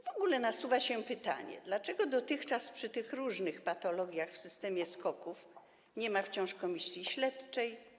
W ogóle nasuwa się pytanie, dlaczego dotychczas przy tych różnych patologiach w systemie SKOK-ów nie ma wciąż komisji śledczej.